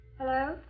Hello